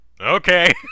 Okay